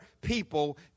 people